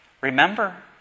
Remember